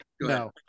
no